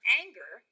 anger